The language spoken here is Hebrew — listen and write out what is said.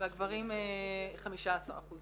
והגברים 15%